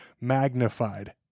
magnified